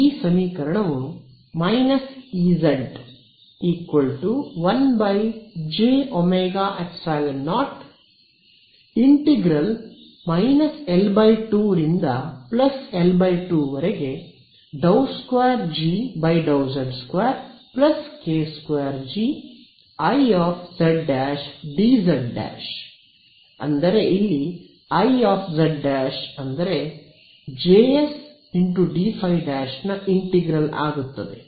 ಆದ್ದರಿಂದ ಈ ಸಮೀಕರಣವು −Ez¿1jωϵ0 L2∫L2 ∂2G∂z2k2GIz'dz' Iz'∮Jsdϕ' ಆಗುತ್ತದೆ